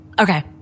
Okay